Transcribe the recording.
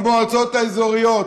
המועצות האזוריות.